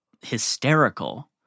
hysterical